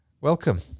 welcome